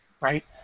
right